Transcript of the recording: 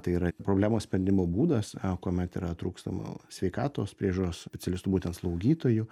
tai yra problemos sprendimo būdas kuomet yra trūkstama sveikatos priežiūros specialistų būtent slaugytojų